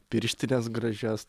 pirštines gražias